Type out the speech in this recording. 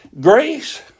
grace